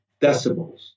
decibels